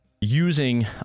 using